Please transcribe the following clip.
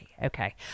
Okay